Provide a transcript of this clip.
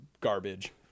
garbage